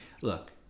look